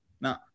No